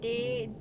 mm